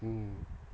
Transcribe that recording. mm